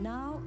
now